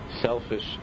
selfish